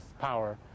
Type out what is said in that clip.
power